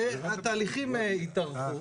והתהליכים התארכו.